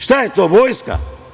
Šta je to, vojska?